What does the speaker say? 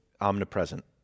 Omnipresent